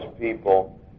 people